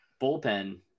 bullpen